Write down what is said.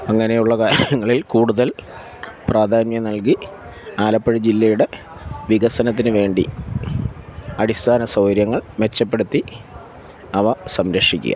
അങ്ങനെയുള്ള കാര്യങ്ങളിൽ കൂടുതൽ പ്രാധാന്യം നൽകി ആലപ്പുഴ ജില്ലയുടെ വികസനത്തിനുവേണ്ടി അടിസ്ഥാന സൗകര്യങ്ങൾ മെച്ചപ്പെടുത്തി അവ സംരക്ഷിക്കുക